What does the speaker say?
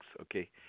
okay